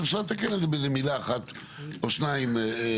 אז אפשר לתקן את זה באיזו מילה אחת או שתיים כלליות.